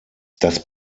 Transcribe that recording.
das